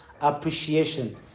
appreciation